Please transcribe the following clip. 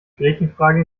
gretchenfrage